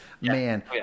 man